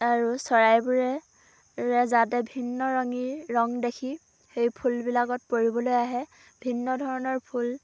আৰু চৰাইবোৰে যাতে ভিন্নৰঙী ৰং দেখি সেই ফুলবিলাকত পৰিবলৈ আহে ভিন্ন ধৰণৰ ফুল